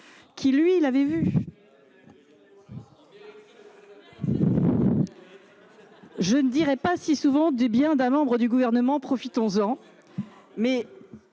! Voire ministre ! Je ne dirai pas si souvent du bien d'un membre du Gouvernement, profitons-en